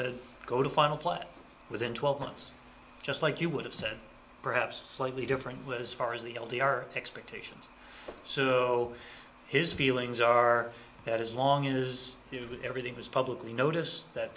said go to final play within twelve months just like you would have said perhaps slightly different but as far as the l t our expectations so his feelings are that as long as he was with everything was publicly noticed that